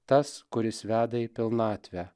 tas kuris veda į pilnatvę